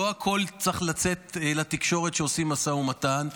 לא הכול צריך לצאת לתקשורת כשעושים משא ומתן.